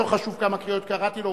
ולא חשוב כמה קריאות קראתי לו,